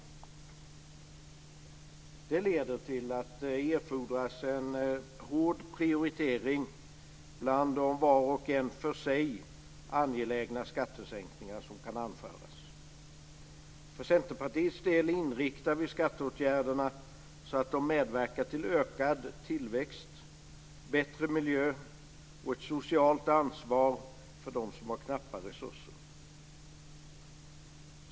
Detta leder till att det erfordras en hård prioritering bland de var och en för sig angelägna skattesänkningar som kan anföras. För Centerpartiets del inriktar vi skatteåtgärderna så att de medverkar till ökad tillväxt, bättre miljö och ett socialt ansvar för dem som har knappa resurser.